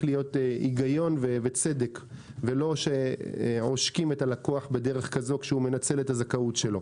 להיות היגיון וצדק ולא שעושקים את הלקוח כך שהוא מנצל זכאותו.